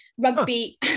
rugby